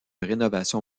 rénovation